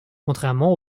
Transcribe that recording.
contrairement